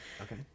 Okay